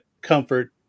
comfort